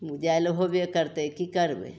जाइ ले होबे करतै कि करबै